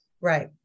Right